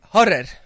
Horror